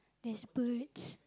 there's birds